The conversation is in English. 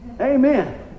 Amen